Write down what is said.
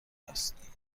است